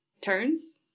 turns